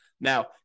Now